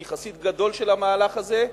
אני חסיד גדול של המהלך הזה.